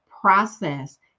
process